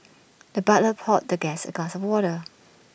the butler poured the guest A glass of water